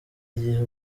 igihe